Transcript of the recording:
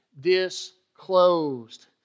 disclosed